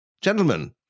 Gentlemen